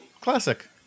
Classic